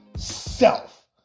self